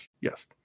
yes